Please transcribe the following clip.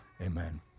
Amen